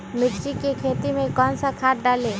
मिर्च की खेती में कौन सा खाद डालें?